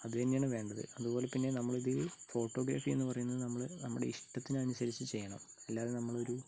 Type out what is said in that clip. അത് തന്നെയാണ് വേണ്ടത് അതുപോലെ പിന്നെ നമ്മളിത് ഫോട്ടോഗ്രാഫി എന്ന് പറയുന്നത് നമ്മൾ നമ്മുടെ ഇഷ്ടത്തിനനുസരിച്ച് ചെയ്യണം അല്ലാതെ നമ്മളൊരു